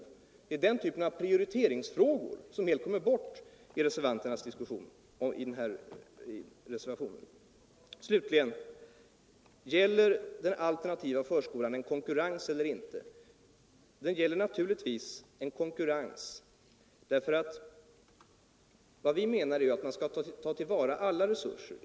Det är den typen av prioriteringsfrågor som helt kommer bort i reservanternas resonemang. Slutligen: Gäller den alternativa förskolan en konkurrens eller inte? Naturligtvis är det en konkurrens som avses. Vad vi menar är att man skall ta till vara alla resurser.